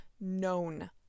known